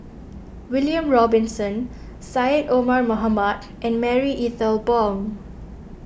William Robinson Syed Omar Mohamed and Marie Ethel Bong